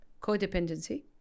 Codependency